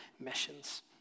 missions